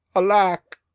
alack,